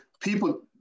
people